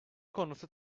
konusu